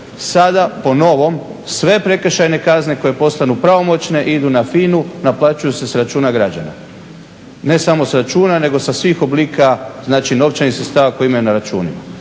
sada po novom sve prekršajne kazne koje postanu pravomoćne idu na FINA-u, naplaćuju se s računa građana. Ne samo s računa, nego sa svih oblika novčanih sredstava koje imaju na računima.